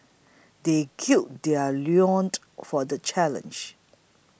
they gird their loins for the challenge